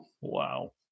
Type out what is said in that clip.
wow